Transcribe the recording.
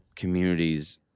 communities